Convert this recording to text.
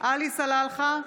עלי סלאלחה,